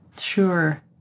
Sure